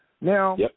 Now